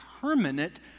permanent